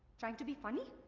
trying to be funny?